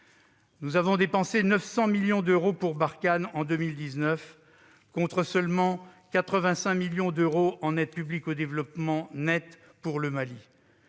Nous avons dépensé 900 millions d'euros pour Barkhane en 2019, contre seulement 85 millions d'euros en aide publique au développement nette pour le Mali.